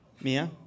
Mia